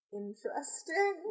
interesting